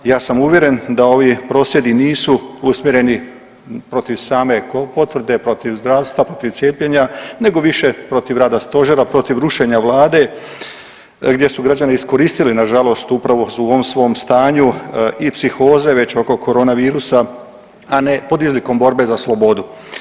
Ja sam uvjeren da ovi prosvjedi nisu usmjereni protiv same potvrde, protiv zdravstva, protiv cijepljenja, nego više protiv rada Stožera, protiv rušenja Vlade gdje su građani iskoristili nažalost upravo u ovom svom stanju i psihoze već oko koronavirusa, a ne pod izlikom borbe za slobodu.